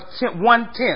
one-tenth